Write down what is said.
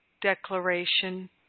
declaration